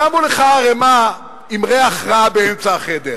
שמו לך ערימה עם ריח רע באמצע החדר.